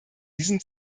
diesem